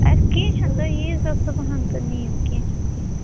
اَدٕ کیٚنہہ چھُنہٕ تُہۍ یی زیو صُبحَن تہِ نِیو کیٚنہہ چھُنہٕ کیٚنہہ چھُنہٕ